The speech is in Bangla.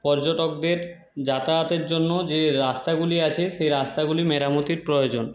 পর্যটকদের যাতায়াতের জন্য যে রাস্তাগুলি আছে সে রাস্তাগুলির মেরামতির প্রয়োজন